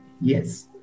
Yes